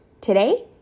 Today